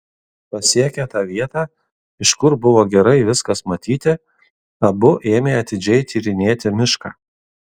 pasiekę tą vietą iš kur buvo gerai viskas matyti abu ėmė atidžiai tyrinėti mišką